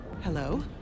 Hello